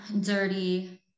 dirty